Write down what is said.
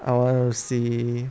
I wanna see